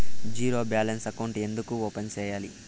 zero balance అకౌంట్లు ఎందుకు open సేయాలి